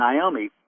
Naomi